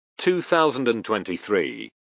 2023